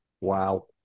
Wow